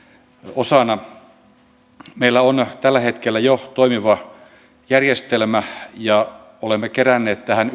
osana meillä on jo tällä hetkellä toimiva järjestelmä ja olemme keränneet tähän